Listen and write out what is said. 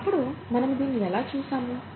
ఒకప్పుడు మనము దీన్ని ఎలా చూసాము